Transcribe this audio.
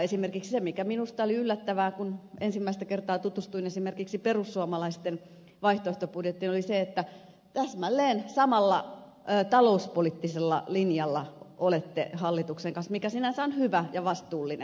esimerkiksi se minusta oli yllättävää kun ensimmäistä kertaa tutustuin esimerkiksi perussuomalaisten vaihtoehtobudjettiin että täsmälleen samalla talouspoliittisella linjalla olette hallituksen kanssa mikä sinänsä on hyvä ja vastuullinen linja